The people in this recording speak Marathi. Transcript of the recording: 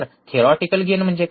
थेरिओटिकल गेन म्हणजे काय